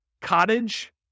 Cottage